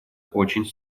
очень